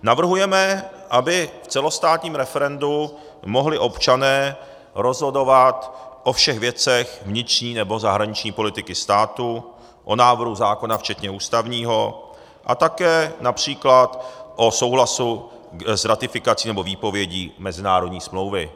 Navrhujeme, aby v celostátním referendu mohli občané rozhodovat o všech věcech vnitřní nebo zahraniční politiky státu, o návrhu zákona včetně ústavního a také například o souhlasu s ratifikací nebo s výpovědí mezinárodní smlouvy.